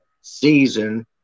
season